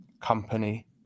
company